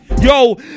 Yo